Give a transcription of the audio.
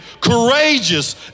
courageous